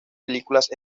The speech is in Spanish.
películas